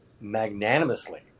magnanimously